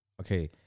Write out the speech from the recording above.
Okay